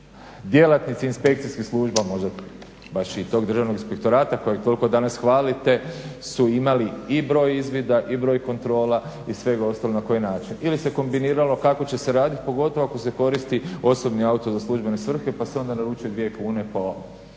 djelatnici inspekcijskih služba možda baš i tog Državnog inspektorata kojeg toliko danas hvalite su imali i broj izvida i broj kontrola i svega ostalog, na koji način. Ili se kombiniralo kako će se raditi, pogotovo ako se koristi osobni auto za službene svrhe pa se onda naručuju dvije kune po